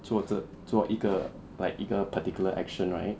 做着做一个 like 一个 particular action right